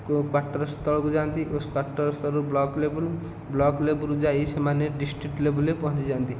କୋ ପାଟର ସ୍ତଳକୁ ଯାଆନ୍ତି ଓ ସ୍ ପାଟର ସ୍ତରରୁ ବ୍ଲକ ଲେବୁଲ୍ ବ୍ଲକ ଲେବୁଲ୍ ରୁ ଯାଇ ସେମାନେ ଡିଷ୍ଟ୍ରିକ୍ଟ ଲେବୁଲ ରେ ପହଞ୍ଚି ଯାଆନ୍ତି